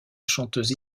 chanteuse